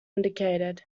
indicated